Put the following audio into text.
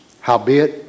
Howbeit